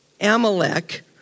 Amalek